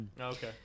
Okay